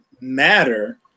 matter